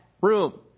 room